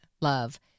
love